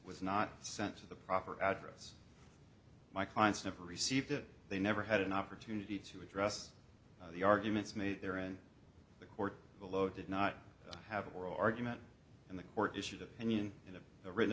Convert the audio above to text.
was not sent to the proper address my clients never received it they never had an opportunity to address the arguments made there and the court below did not have oral argument and the court issued opinion in the writ